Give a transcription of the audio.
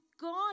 God